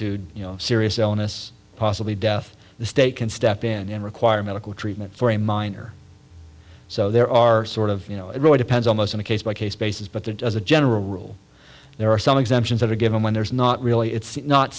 to serious illness possibly death the state can step in and require medical treatment for a minor so there are sort of you know it really depends almost on a case by case basis but there does a general rule there are some exemptions that are given when there's not really it's not